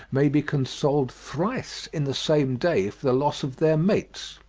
may be consoled thrice in the same day for the loss of their mates.